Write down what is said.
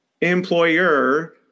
employer